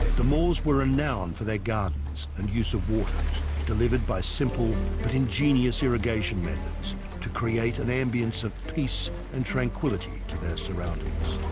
the moors were renowned for their gardens and use of water delivered by simple but ingenious irrigation methods to create an ambiance of peace and tranquility to their surroundings